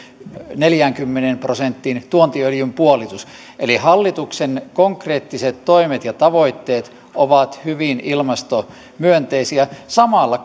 neljäänkymmeneen prosenttiin tuontiöljyn puolitus eli hallituksen konkreettiset toimet ja tavoitteet ovat hyvin ilmastomyönteisiä samalla